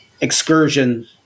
excursion